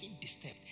disturbed